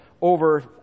over